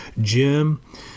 Jim